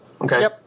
okay